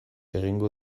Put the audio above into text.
egingo